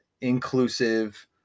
inclusive